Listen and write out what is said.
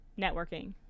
networking